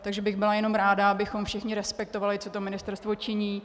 Takže bych byla jenom ráda, abychom všichni respektovali, co to ministerstvo činí.